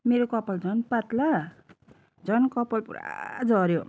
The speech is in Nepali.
मेरो कपाल झन पातला झन कपाल पुरा झऱ्यो